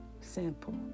Simple